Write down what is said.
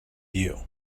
you